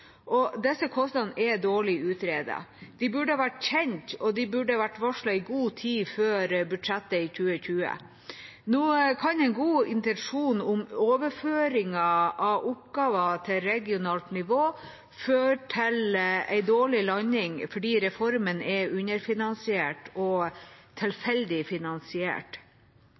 Disse kostnadene er dårlig utredet. De burde vært kjent, og de burde vært varslet i god tid før budsjettet for 2020. Nå kan en god intensjon om overføring av oppgaver til regionalt nivå føre til en dårlig landing fordi reformen er underfinansiert og tilfeldig finansiert,